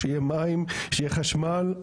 שיהיה מים שיהיה חשמל,